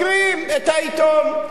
סוגרים את העיתון.